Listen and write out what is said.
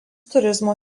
turizmo